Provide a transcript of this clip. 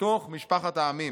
בתוך משפחת העמים.